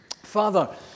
Father